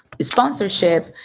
sponsorship